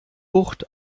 bucht